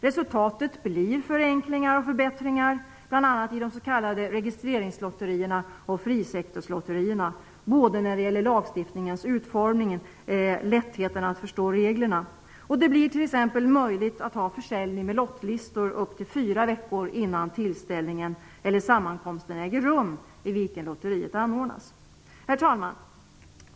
Resultatet blir förenklingar och förbättringar, bl.a. i de s.k. registreringslotterierna och frisektorslotterierna, både när det gäller lagstiftningens utformning och lättheten att förstå reglerna. Det blir t.ex. möjligt att ha försäljning med lottlistor upp till fyra veckor innan den sammankomst äger rum i vilken lotteriet anordnas. Herr talman!